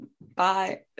bye